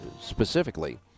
specifically